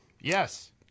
Yes